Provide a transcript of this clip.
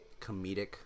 comedic